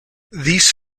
these